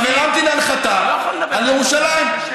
עכשיו הרמתי להנחתה על ירושלים.